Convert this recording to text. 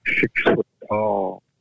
six-foot-tall